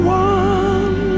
one